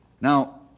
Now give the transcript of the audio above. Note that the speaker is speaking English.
Now